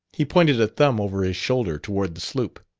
he pointed a thumb over his shoulder toward the sloop.